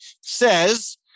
says